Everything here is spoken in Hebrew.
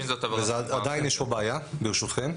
עדיין יש פה בעיה, ברשותכם.